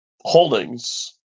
holdings